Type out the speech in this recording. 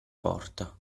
porta